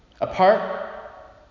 Apart